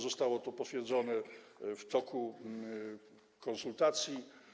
Zostało to potwierdzone w toku konsultacji.